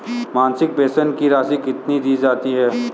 मासिक पेंशन की राशि कितनी दी जाती है?